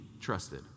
trusted